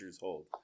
hold